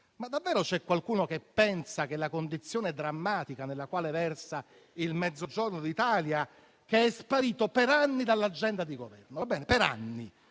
Davvero c'è qualcuno che pensa di risolvere così la condizione drammatica nella quale versa il Mezzogiorno d'Italia, che è sparito per anni dall'agenda di Governo? Per anni